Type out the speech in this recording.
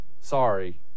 Sorry